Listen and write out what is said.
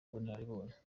ubunararibonye